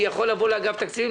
אני יכול לבוא לאגף תקציבים,